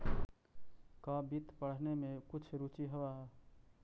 का वित्त पढ़ने में कुछ रुचि हवअ